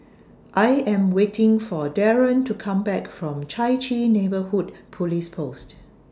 I Am waiting For Darren to Come Back from Chai Chee Neighbourhood Police Post